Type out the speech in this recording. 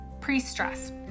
pre-stress